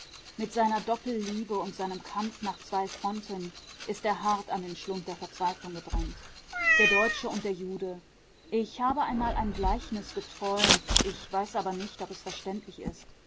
mit seiner doppelliebe und seinem kampf nach zwei fronten ist er hart an den schlund der verzweiflung gedrängt der deutsche und der jude ich habe einmal ein gleichnis geträumt ich weiß aber nicht ob es verständlich ist